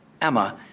Emma